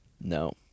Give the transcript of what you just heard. No